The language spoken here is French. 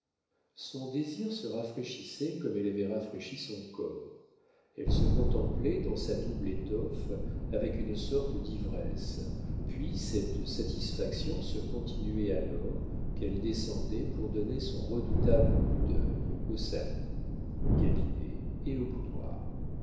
son désir se rafraîchissait comme elle avait rafraîchi son corps elle se contemplait dans sa double étoffe avec une sorte d'ivresse puis cette satisfaction se continuait alors qu'elle descendait pour donner son redoutable coup d'œil au salon au cabinet et au boudoir